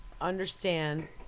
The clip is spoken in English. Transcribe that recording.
understand